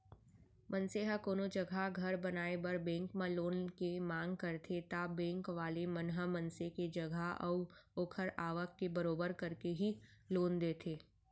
मनसे ह कोनो जघा घर बनाए बर बेंक म लोन के मांग करथे ता बेंक वाले मन ह मनसे के जगा अऊ ओखर आवक के बरोबर करके ही लोन देथे